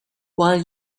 while